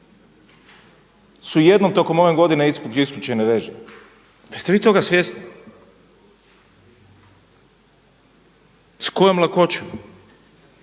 su jednom tokom ove godine … isključene režije. Jeste li vi toga svjesni? S kojom lakoćom